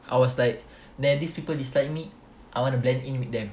I was like there are these people dislike me I want to blend in with them